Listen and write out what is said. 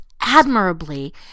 admirably